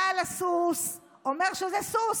בעל הסוס אומר שזה סוס,